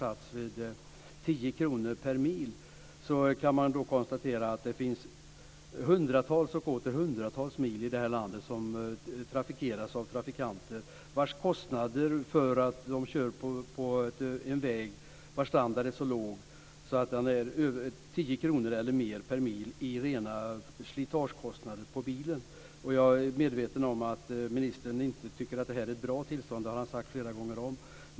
Det finns hundratals och åter hundratals mil väg här i landet som trafikeras av trafikanter som har 10 kr eller mer per mil i rena slitagekostnader, eftersom de kör på vägar av så låg standard. Jag är medveten om att ministern inte tycker att detta är ett bra tillstånd. Det har han sagt flera gånger om.